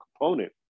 component